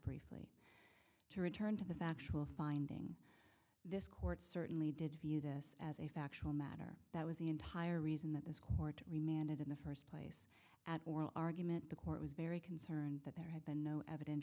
talk to return to the factual finding this court certainly did view this as a factual matter that was the entire reason that this court re managed in the first place at oral argument the court was very concerned that there had been no eviden